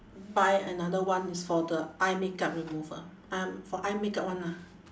buy another one is for the eye makeup remover eye m~ for eye makeup one ah